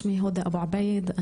שמי הודא אבו עבייד,